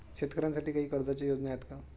शेतकऱ्यांसाठी काही कर्जाच्या योजना आहेत का?